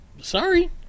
sorry